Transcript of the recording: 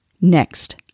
Next